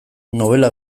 nobela